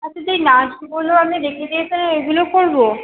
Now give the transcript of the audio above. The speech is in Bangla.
আচ্ছা যেই নাচগুলো আপনি দেখিয়ে দিয়েছেন ওইগুলো করব